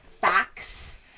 facts